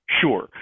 sure